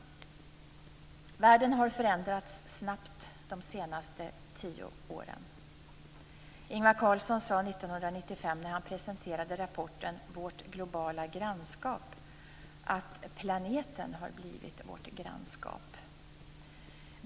Världen har förändrats snabbt de senaste tio åren. Ingvar Carlsson sade 1995, när han presenterade rapporten Vårt globala grannskap, att "planeten har blivit vårt grannskap".